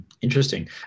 interesting